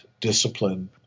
discipline